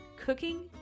Cooking